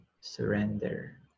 surrender